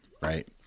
Right